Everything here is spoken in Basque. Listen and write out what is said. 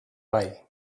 bai